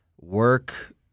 work